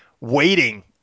waiting